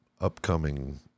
upcoming